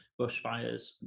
bushfires